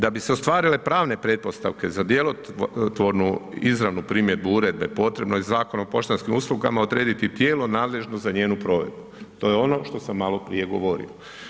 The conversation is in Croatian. Da bi se ostvarile pravne pretpostavke za djelotvornu izravnu primjedbu uredbe potrebno je Zakon o poštanskim uslugama odrediti tijelo nadležno za njenu provedbu, to je ono što sam maloprije govorio.